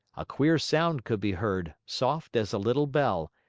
a queer sound could be heard, soft as a little bell,